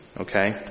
Okay